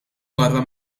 barra